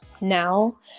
now